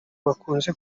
bakunze